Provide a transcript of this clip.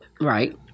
Right